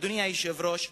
אדוני היושב-ראש,